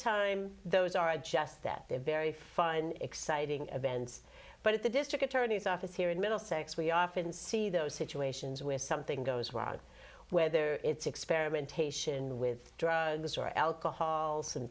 time those are just that they're very fun exciting events but at the district attorney's office here in middlesex we often see those situations where something goes wrong whether it's experimentation with drugs or alcohol some